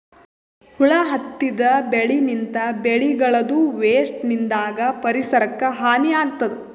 ಹುಳ ಹತ್ತಿದ್ ಬೆಳಿನಿಂತ್, ಬೆಳಿಗಳದೂ ವೇಸ್ಟ್ ನಿಂದಾಗ್ ಪರಿಸರಕ್ಕ್ ಹಾನಿ ಆಗ್ತದ್